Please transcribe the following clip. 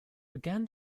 began